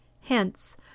Hence